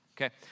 Okay